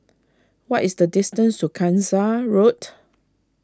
what is the distance to Gangsa Road